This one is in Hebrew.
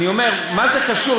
אני אומר: מה זה קשור?